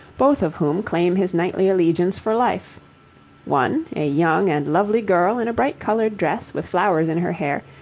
both of whom claim his knightly allegiance for life one, a young and lovely girl in a bright coloured dress with flowers in her hair,